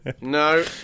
No